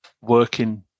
working